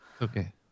okay